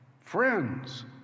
friends